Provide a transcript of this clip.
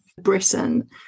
Britain